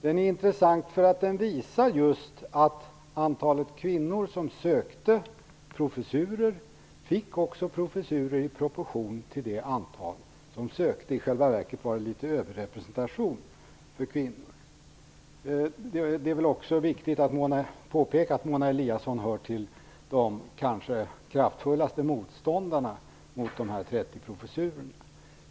Den är intressant därför att den visar just att antalet kvinnor som sökte professurer fick också professurer i proportion till det antal som sökte, i själva verket var det en liten överrepresentation för kvinnor. Det är också viktigt att påpeka att Mona Eliasson hör till de kanske kraftfullaste motståndarna mot de 30 professurerna.